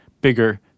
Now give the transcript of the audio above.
bigger